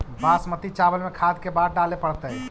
बासमती चावल में खाद के बार डाले पड़तै?